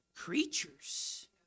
Creatures